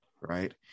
right